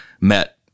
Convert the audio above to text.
met